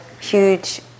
huge